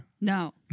No